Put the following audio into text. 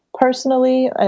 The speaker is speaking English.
Personally